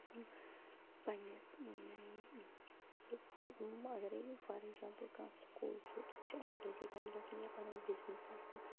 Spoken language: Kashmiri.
سُہ چھُ گژھُن پنٕنِس إں سکوٗل اگرے فار ایگزامپل کانٛہہ سکوٗل چھُ توٚت چھُ اکہِ بجی تام گژھُن یا پنُن بِزنِس آسہِ کانٛہہ